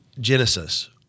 Genesis